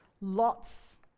Lots